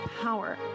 power